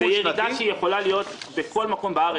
זו ירידה שיכולה להיות בכל מקום בארץ.